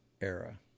era